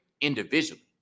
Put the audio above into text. individually